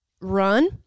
run